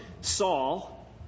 Saul